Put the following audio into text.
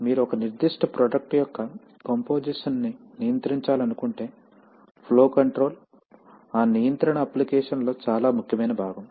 కాబట్టి మీరు ఒక నిర్దిష్ట ప్రొడక్ట్ యొక్క కంపోసిషన్ ను నియంత్రించాలనుకుంటే ఫ్లో కంట్రోల్ ఆ నియంత్రణ అప్లికేషన్ లో చాలా ముఖ్యమైన భాగం